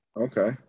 Okay